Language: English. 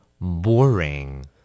Boring